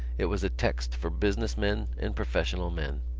it was a text for business men and professional men.